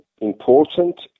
important